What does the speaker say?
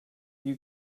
you